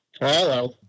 Hello